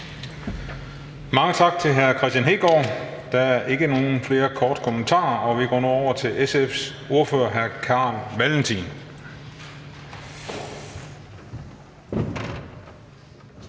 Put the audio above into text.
Mange tak til hr. Kristian Hegaard. Der er ikke flere korte bemærkninger, og vi går nu over til SF's ordfører, hr. Carl Valentin.